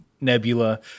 nebula